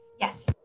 Yes